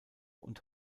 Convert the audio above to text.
und